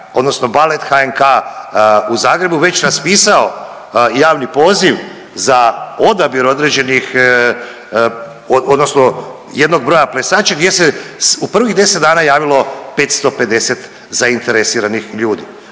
odnosno balet HNK u Zagrebu već raspisao javni poziv za odabir određenih odnosno jednog broja plesača gdje se u prvih 10 dana javilo 550 zainteresiranih ljudi.